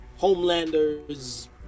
Homelander's